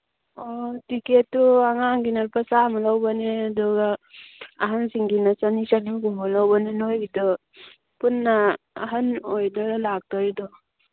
ꯑꯣ ꯇꯤꯀꯦꯠꯇꯨ ꯑꯉꯥꯡꯒꯤꯅ ꯂꯨꯄꯥ ꯆꯥꯃ ꯂꯧꯕꯅꯦ ꯑꯗꯨꯒ ꯑꯍꯟꯁꯤꯡꯒꯤꯅ ꯆꯅꯤ ꯆꯅꯤꯒꯨꯝꯕ ꯂꯧꯕꯅꯦ ꯅꯣꯏꯒꯤꯗꯣ ꯄꯨꯟꯅ ꯑꯍꯟ ꯑꯣꯏꯗꯣꯏꯔ ꯂꯥꯛꯇꯣꯏꯗꯣ